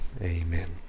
amen